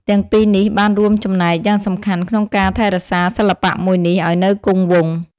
ទាំងពីរនេះបានរួមចំណែកយ៉ាងសំខាន់ក្នុងការថែរក្សាសិល្បៈមួយនេះឱ្យនៅគង់វង្ស។